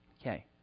Okay